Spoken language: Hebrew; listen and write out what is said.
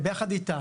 וביחד איתה,